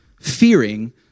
fearing